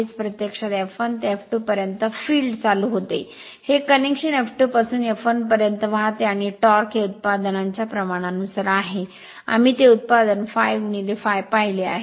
हेच प्रत्यक्षात F1 ते F2 पर्यंत फील्ड चालू होते हे कनेक्शन F2 पासून F1 पर्यंत वाहते आणि टॉर्क हे उत्पादनांच्या प्रमाणानुसार आहे आम्ही ते उत्पादन ∅∅ पाहिले आहे